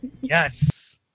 Yes